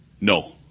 No